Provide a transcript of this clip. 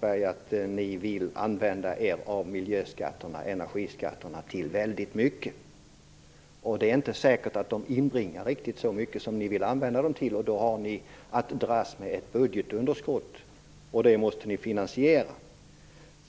säga att ni vill använda er av energiskatterna till väldigt mycket. Det är inte säkert att de inbringar riktigt så mycket som ni vill använda dem till. Då har ni att dras med ett budgetunderskott, och det måste ni finansiera.